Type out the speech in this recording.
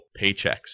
paychecks